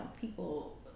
people